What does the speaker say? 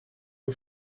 you